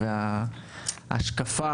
שזה